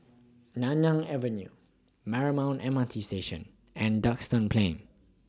Nanyang Avenue Marymount M R T Station and Duxton Plain